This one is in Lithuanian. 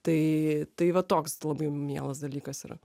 tai tai va toks labai mielas dalykas yra